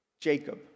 Jacob